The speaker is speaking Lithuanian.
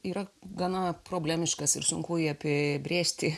yra gana problemiškas ir sunku jį apibrėžti